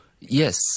Yes